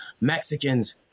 Mexicans